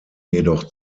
jedoch